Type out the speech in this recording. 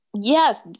Yes